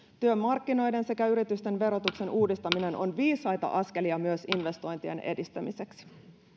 työmarkkinoiden sekä yritysten verotuksen uudistaminen ovat viisaita askelia myös investointien edistämiseksi